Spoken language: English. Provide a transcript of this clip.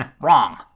wrong